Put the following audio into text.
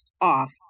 off